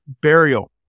burial